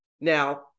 Now